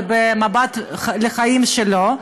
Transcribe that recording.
ובמבט לחיים שלו,